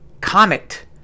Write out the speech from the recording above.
Comet